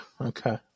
Okay